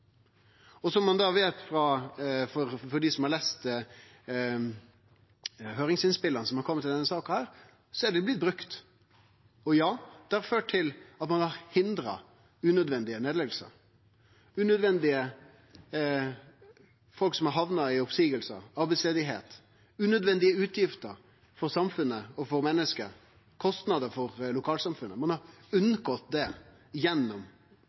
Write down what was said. har lese høyringsinnspela som har kome til denne saka, er det blitt brukt, og ja, det har ført til at ein har hindra unødvendige nedleggingar, at folk unødig har havna i oppseiing og arbeidsløyse, unødvendige utgifter for samfunnet og for menneske og kostnader for lokalsamfunnet. Ein har unngått det gjennom